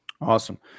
Awesome